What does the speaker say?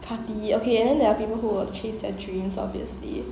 party okay then there are people who achieve their dreams obviously